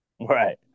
right